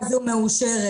אם הוא הוכיח,